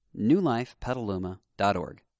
newlifepetaluma.org